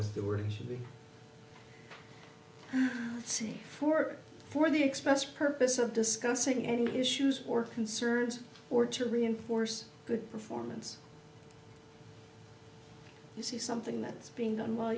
was there were a should be c four for the express purpose of discussing any issues or concerns or to reinforce good performance you see something that's being done well